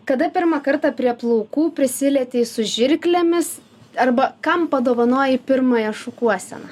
kada pirmą kartą prie plaukų prisilietei su žirklėmis arba kam padovanojai pirmąją šukuoseną